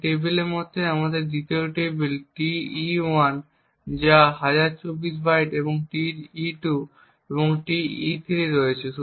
এই টেবিলের মতোই আমাদের কাছে 2য় টেবিল Te1 যা 1024 বাইট Te2 এবং Te3 রয়েছে